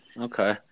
Okay